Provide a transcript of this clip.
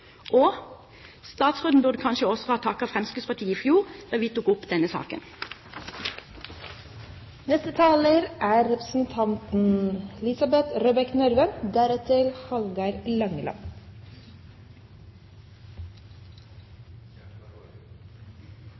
Og statsråden burde kanskje også ha takket Fremskrittspartiet i fjor, da vi tok opp denne saken.